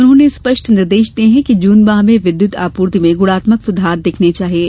उन्होंने स्पष्ट निर्देश दिये कि जून माह में विद्युत आपूर्ति में गुणात्मक सुधार दिखना चाहिये